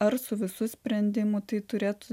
ar su visu sprendimu tai turėtų